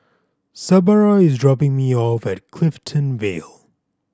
Sabra is dropping me off at Clifton Vale